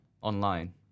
online